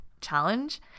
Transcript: challenge